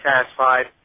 satisfied